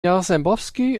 jarzembowski